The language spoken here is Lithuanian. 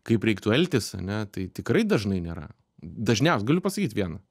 kaip reiktų elgtis ane tai tikrai dažnai nėra dažniausiai galiu pasakyt vieną